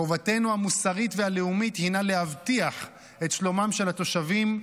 חובתנו המוסרית והלאומית הינה להבטיח את שלומם של התושבים,